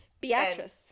Beatrice